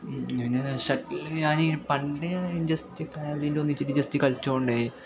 പിന്നെ ഷട്ടിൽ ഞാനീ പണ്ട് ഞാൻ ജസ്റ്റ് ആൽവിൻടൊന്നിച്ചിട്ട് ജസ്റ്റ് കളിച്ചു കൊണ്ടേയ്